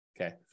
Okay